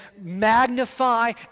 magnify